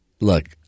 look